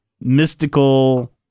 mystical